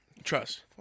Trust